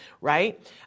right